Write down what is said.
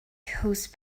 whose